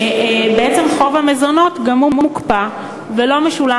בעצם חוב המזונות גם הוא מוקפא ולא משולם